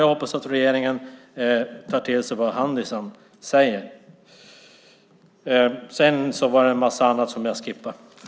Jag hoppas att regeringen tar till sig vad Handisam säger.